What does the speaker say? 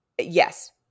yes